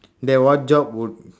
then what job would